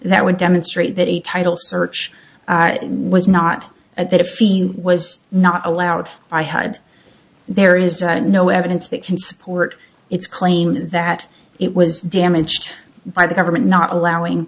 that would demonstrate that a title search was not at that if field was not allowed by had there is no evidence that can support its claim that it was damaged by the government not allowing